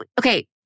Okay